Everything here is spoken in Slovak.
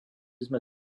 sme